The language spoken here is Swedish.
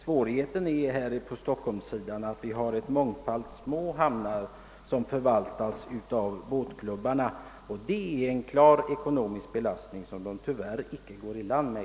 Svårigheten i Stockholm är att det finns en mångfald små hamnar som förvaltas av båtklubbarna, och i dagens läge innebär detta en stark ekonomisk belastning som klubbarna tyvärr inte går i land med.